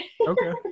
Okay